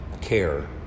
care